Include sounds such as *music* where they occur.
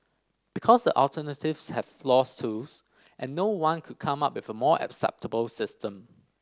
because the alternatives have flaws too *unintelligible* and no one could come up with a more acceptable system